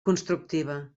constructiva